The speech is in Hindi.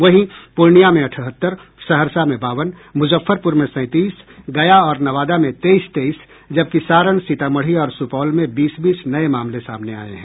वहीं पूर्णिया में अठहत्तर सहरसा में बावन मुजफ्फरपुर में सैंतीस गया और नवादा में तेईस तेईस जबकि सारण सीतामढ़ी और सुपौल में बीस बीस नये मामले सामने आये हैं